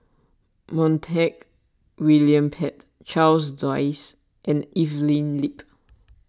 Montague William Pett Charles Dyce and Evelyn Lip